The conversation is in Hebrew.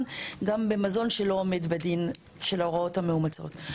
גם במזון שלא עומד בדין של ההוראות המאומצות.